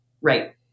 Right